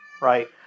right